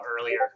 earlier